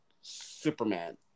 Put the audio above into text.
Superman